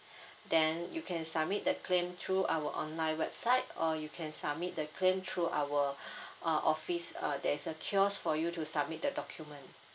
then you can submit the claim through our online website or you can submit the claim through our uh office uh there is a kiosk for you to submit the document